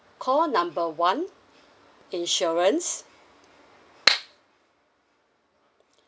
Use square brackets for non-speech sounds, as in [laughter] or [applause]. call number one insurance [noise]